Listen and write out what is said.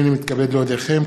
הנני מתכבד להודיעכם,